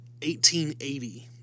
1880